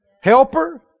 Helper